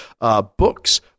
books